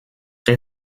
elle